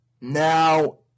Now